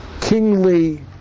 kingly